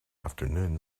afternoon